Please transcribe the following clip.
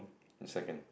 in second